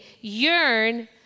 yearn